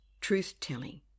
truth-telling